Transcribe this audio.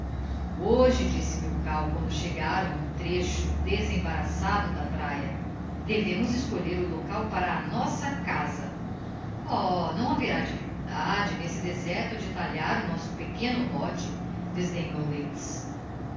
hoje disse jmilkau quando chegaram a um trecho desembaraçado da praia devemos escolher o local para a nossa casa oh não haverá difficuldade n'este deserto de talhar o nosso pequeno lote desdenhou lentz